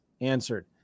answered